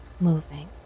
moving